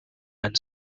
and